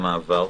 המעבר?